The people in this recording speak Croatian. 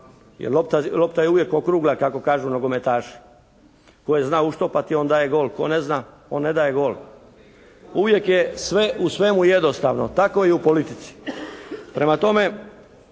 Jer lopta je uvijek okrugla kako kažu nogometaši. Tko je zna uštopati onda je gol. Tko ne zna on ne daje gol. Uvijek je sve u svemu jednostavno. Tako i u politici. Prema tome